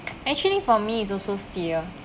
actually for me is also fear